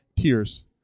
tears